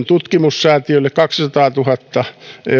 tutkimussäätiölle kaksisataatuhatta